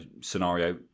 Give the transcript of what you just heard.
scenario